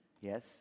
Yes